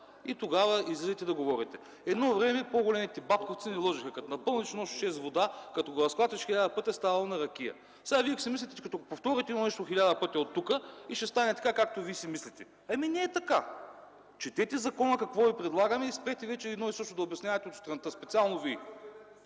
и тогава излизайте да говорите. Едно време по-големите батковци ни лъжеха, че като напълниш едно шише с вода, като го разклатиш хиляда пъти, ставало на ракия. Сега Вие си мислите, че като повторите нещо хиляда пъти оттук и ще стане така, както Вие си мислите. Ами, не е така. Четете закона и какво Ви предлагаме и спрете вече едно и също да обяснявате от сутринта, специални Вие!